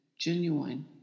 Genuine